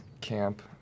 camp